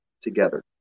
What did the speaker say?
together